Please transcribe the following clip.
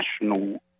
national